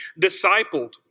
discipled